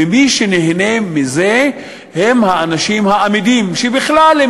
ומי שנהנים מזה אלה האנשים האמידים שבכלל לא